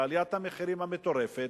בעליית המחירים המטורפת,